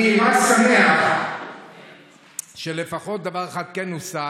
אני רק שמח שלפחות דבר אחד כן הושג,